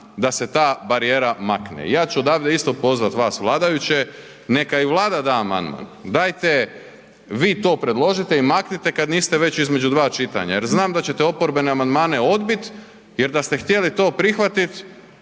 da se ta barijera makne. I ja ću odavde isto pozvati vas vladajuće, neka i Vlada da amandman, dajte vi to predložite i maknite kada niste već između dva čitanja jer znam da ćete oporbene amandmane odbiti jer da ste htjeli to prihvatit